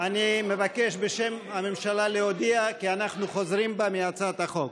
אני מבקש בשם הממשלה להודיע כי אנחנו חוזרים בנו מהצעת החוק.